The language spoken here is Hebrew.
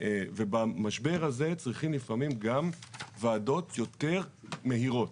במשבר הזה צריכים לפעמים גם ועדות יותר מהירות,